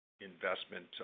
investment